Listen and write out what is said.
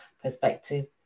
perspective